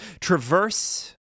traverse